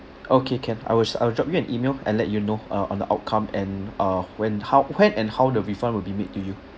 okay can I will s~ I will drop you an email and let you know uh on the outcome and uh when how when and how the refund will be made to you